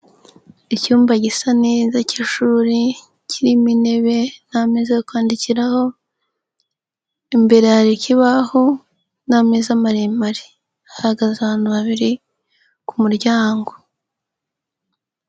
Icyumba gisa neza cy'ishuri kirimo intebe n'ameza yo kwandikiraho, imbere hari kibaho n'ameza maremare, hahagaze abantu babiri ku muryango.